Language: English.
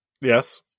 Yes